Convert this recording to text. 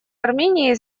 армении